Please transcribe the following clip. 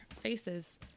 faces